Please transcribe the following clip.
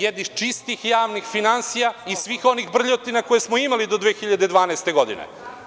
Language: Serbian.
jednih čistih javnih finansija i svih onih brljotina koje smo imali do 2012. godine.